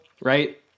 right